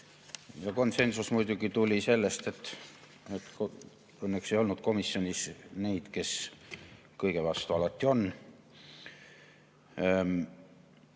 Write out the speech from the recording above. Konsensus muidugi tuli sellest, et õnneks ei olnud komisjonis neid, kes alati kõige vastu on,